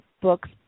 books